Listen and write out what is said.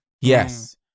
Yes